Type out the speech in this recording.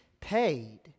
paid